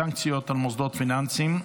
סנקציות על מוסדות פיננסיים),